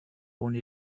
ohne